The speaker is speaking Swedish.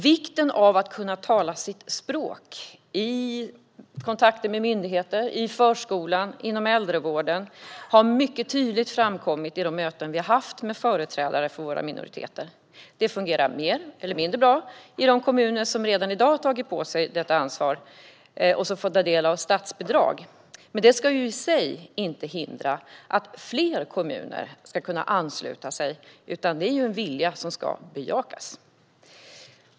Vikten av att kunna tala sitt språk i kontakter med myndigheter, i förskolan och inom äldrevården har mycket tydligt framkommit i de möten vi har haft med företrädare för våra minoriteter. Det fungerar mer eller mindre bra i de kommuner som redan i dag har tagit på sig detta ansvar och som får ta del av statsbidrag. Men det ska i sig inte hindra att fler kommuner kan ansluta sig, utan det är en vilja som ska bejakas.